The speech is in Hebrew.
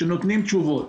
שנותנים תשובות.